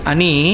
Ani